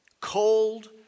Cold